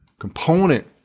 component